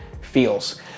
feels